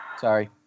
sorry